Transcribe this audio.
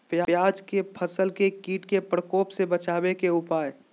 प्याज के फसल के कीट के प्रकोप से बचावे के उपाय?